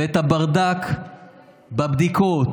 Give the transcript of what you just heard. ואת הברדק בבדיקות,